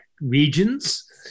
regions